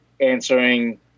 answering